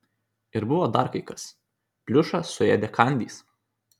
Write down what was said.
ir buvo dar kai kas pliušą suėdė kandys